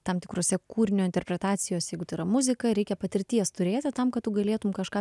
tam tikrose kūrinio interpretacijose jeigu tai yra muzika reikia patirties turėti tam kad tu galėtum kažką